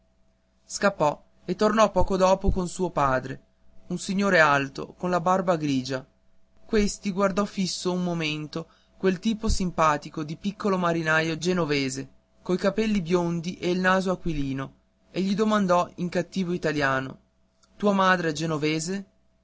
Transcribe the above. scappò e tornò poco dopo con suo padre un signore alto con la barba grigia questi guardò fisso un momento quel tipo simpatico di piccolo marinaio genovese coi capelli biondi e il naso aquilino e gli domandò in cattivo italiano tua madre è genovese